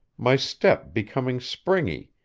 my step becoming springy,